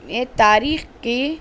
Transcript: میں تاریخ کی